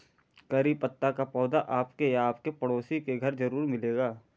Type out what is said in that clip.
करी पत्ता का पौधा आपके या आपके पड़ोसी के घर ज़रूर मिलेगा